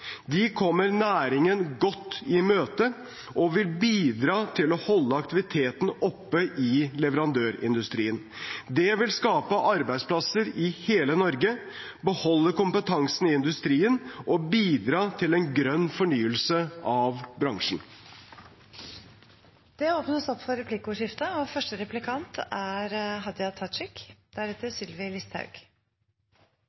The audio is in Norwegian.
De kommer næringen godt i møte og vil bidra til å holde aktiviteten oppe i leverandørindustrien. Det vil skape arbeidsplasser i hele Norge, beholde kompetansen i industrien og bidra til en grønn fornyelse av bransjen. Det blir replikkordskifte. Då regjeringspartia la fram ei krisepakke for